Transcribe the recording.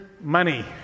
money